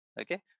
Okay